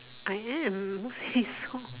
I am he saw